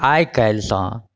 आई काल्हिसँ